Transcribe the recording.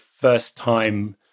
first-time